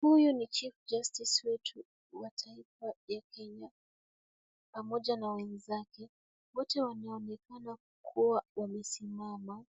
Huyu ni chief justice wetu wa taifa ya Kenya pamoja na wenzake . Wote wanaonekana kuwa wamesimama